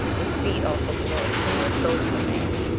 with feet also below, similar to those of a man,